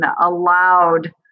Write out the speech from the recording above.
allowed